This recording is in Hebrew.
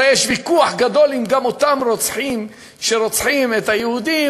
הרי יש ויכוח גדול אם גם אותם רוצחים שרוצחים יהודים,